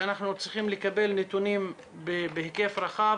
אנחנו צריכים לקבל נתונים בהיקף רחב